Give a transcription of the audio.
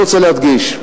אני רוצה להדגיש: